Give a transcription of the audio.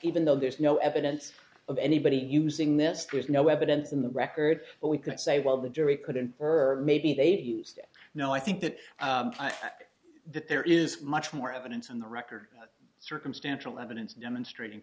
even though there's no evidence of anybody using this there's no evidence in the record but we can say well the jury could infer maybe they used to know i think that that there is much more evidence on the record circumstantial evidence demonstrating